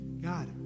God